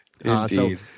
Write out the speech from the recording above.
Indeed